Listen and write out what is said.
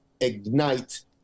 ignite